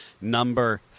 number